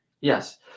Yes